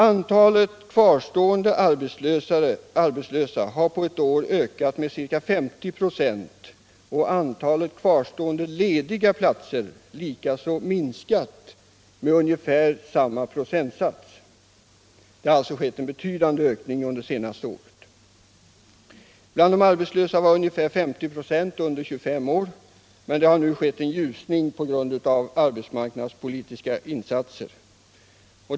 Antalet kvarstående arbetslösa har på ett år ökat med ca 50 96, och antalet kvarstående lediga platser har minskat med ungefär samma procentsiffra. Det har alltså skett en betydande försämring under det senaste året. Bland de arbetslösa var ungefär 50 96 under 25 år, men det har nu blivit en ljusning på grund av arbetsmarknads politiska insatser.